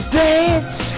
dance